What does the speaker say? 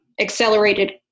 accelerated